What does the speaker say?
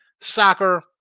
soccer